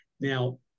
Now